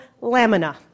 Lamina